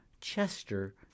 Chester